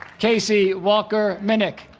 kasey walker minnick